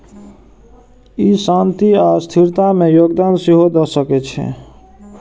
ई शांति आ स्थिरता मे योगदान सेहो दए सकै छै